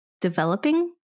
developing